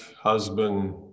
husband